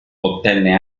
ottenne